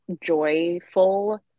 joyful